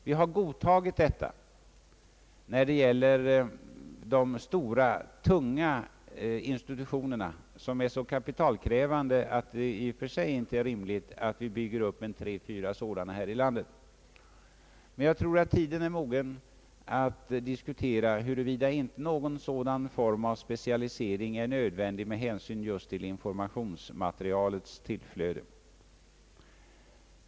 Vi har godtagit detta när det gäller de stora, tunga institutionerna, som är så kapitalkrävande att det i och för sig inte är rimligt att bygga upp tre till fyra sådana här i landet. Däremot tror jag tiden är mogen för att diskutera huruvida inte någon form av specialisering är nödvändig, just med hänsyn till informationsmaterialets = tillflöde.